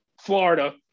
Florida